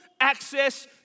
access